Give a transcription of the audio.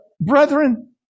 brethren